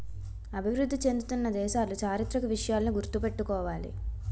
అభివృద్ధి చెందుతున్న దేశాలు చారిత్రక విషయాలను గుర్తు పెట్టుకోవాలి